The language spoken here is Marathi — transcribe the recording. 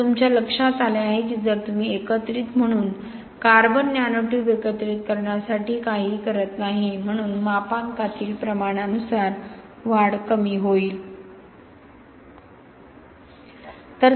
आता तुमच्या लक्षात आले आहे की जर तुम्ही एकत्रित म्हणून कार्बन नॅनो ट्यूब एकत्रित करण्यासाठी काहीही करत नाही म्हणून मापांकातील प्रमाणानुसार वाढ कमी होईल